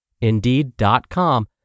Indeed.com